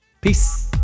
Peace